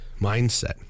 mindset